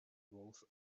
both